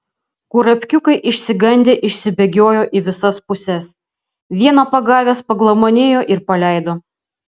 kurapkiukai išsigandę išsibėgiojo į visas puses vieną pagavęs paglamonėjo ir paleido